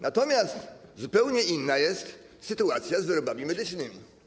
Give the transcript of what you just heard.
Natomiast zupełnie inna jest sytuacja wyrobów medycznych.